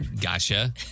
Gotcha